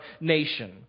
nation